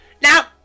now